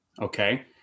Okay